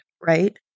right